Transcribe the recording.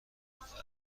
گفت